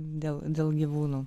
dėl dėl gyvūnų